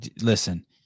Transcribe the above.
listen